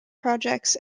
projects